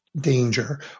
Danger